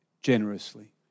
generously